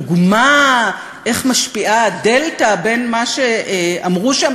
דוגמה איך משפיעה הדלתא בין מה שאמרו שהם